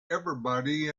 everybody